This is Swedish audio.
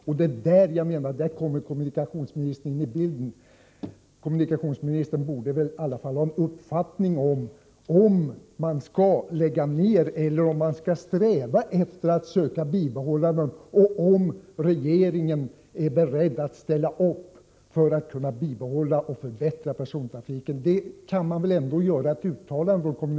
Det är här som jag menar att kommunikationsministern kommer in i bilden.